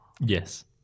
Yes